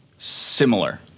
similar